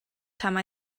time